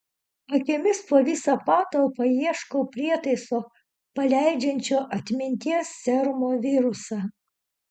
akimis po visą patalpą ieškau prietaiso paleidžiančio atminties serumo virusą